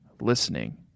listening